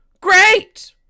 great